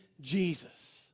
Jesus